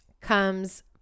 comes